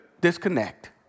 disconnect